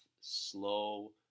slow